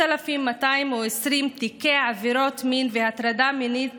6,220 תיקי עבירות מין והטרדה מינית